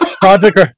project